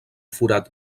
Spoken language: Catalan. forat